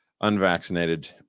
unvaccinated